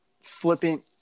flipping